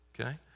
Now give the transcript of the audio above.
Okay